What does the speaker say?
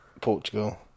Portugal